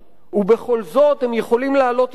ובכל זאת הם יכולים לעלות יפה,